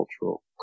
cultural